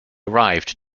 arrived